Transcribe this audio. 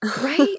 Right